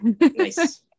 Nice